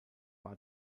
war